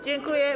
Dziękuję.